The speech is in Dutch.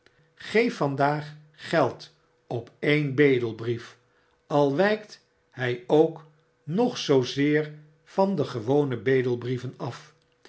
geef vandaag geld op een bedelbrief al wijkt hy ook nog zoozeer van de gewone bedelbrieven af